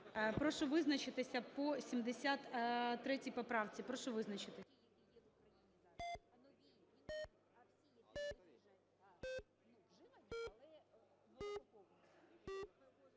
Прошу визначитися по 73 поправці.